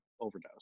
overdose